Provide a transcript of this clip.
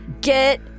Get